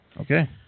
Okay